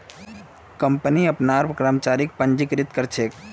company अपनार कर्मचारीक पंजीकृत कर छे